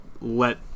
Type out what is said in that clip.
let